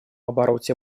обороте